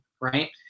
right